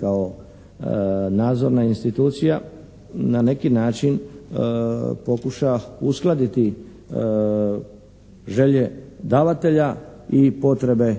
kao nadzorna institucija na neki način pokuša uskladiti želje davatelja i potrebe